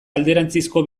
alderantzizko